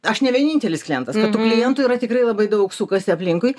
aš ne vienintelis klientas kad tų klientų yra tikrai labai daug sukasi aplinkui